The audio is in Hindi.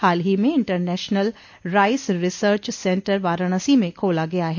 हाल ही में international rice research centre Varanasi में खोला गया है